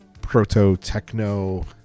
proto-techno